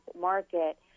market